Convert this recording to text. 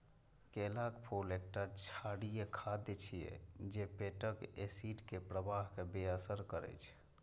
केलाक फूल एकटा क्षारीय खाद्य छियै जे पेटक एसिड के प्रवाह कें बेअसर करै छै